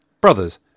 Brothers